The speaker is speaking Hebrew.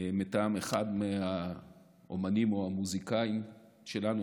מטעם אחד האומנים או המוזיקאים שלנו,